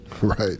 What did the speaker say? Right